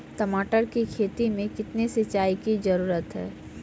टमाटर की खेती मे कितने सिंचाई की जरूरत हैं?